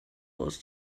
aus